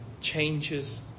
changes